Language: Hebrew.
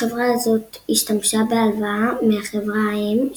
החברה הזאת השתמשה בהלוואה מהחברה־האם,